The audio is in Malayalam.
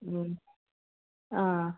ആ